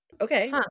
okay